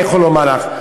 אני יכול לומר לך.